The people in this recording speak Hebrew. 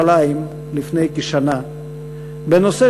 לפני כשנה עשינו כנס בירושלים בנושא